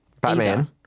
Batman